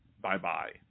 Bye-bye